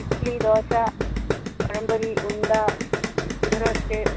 ഇഡലി ദോശ പഴംപൊരി ഉണ്ട നെയ്യ് റോസ്റ്റ്